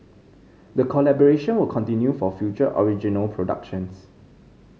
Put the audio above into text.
the collaboration will continue for future original productions